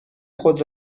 خود